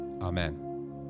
Amen